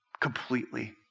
completely